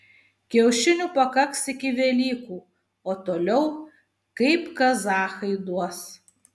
kiaušinių pakaks iki velykų o toliau kaip kazachai duos